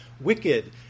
wicked